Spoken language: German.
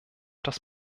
das